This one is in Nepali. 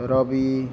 रवि